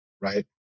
Right